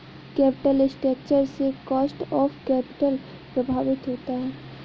capital structure से cost of capital प्रभावित होता है